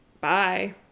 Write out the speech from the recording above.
Bye